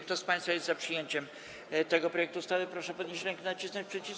Kto z państwa jest za przyjęciem tego projektu ustawy, proszę podnieść rękę i nacisnąć przycisk.